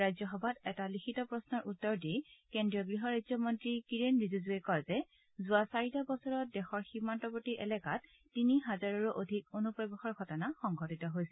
ৰাজ্যসভাত এটা লিখিত প্ৰশ্নৰ উত্তৰ দি কেন্দ্ৰীয় গৃহ ৰাজ্যমন্ত্ৰী কিৰেণ ৰিজিজুৱে কয় যে যোৱা চাৰিটা বছৰত দেশৰ সীমান্তৱৰ্তী এলেকাত তিনি হাজাৰৰো অধিক অনুপ্ৰৱেশৰ ঘটনা সংঘটিত হৈছিল